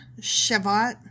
Shavat